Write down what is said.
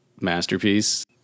masterpiece